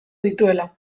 dituela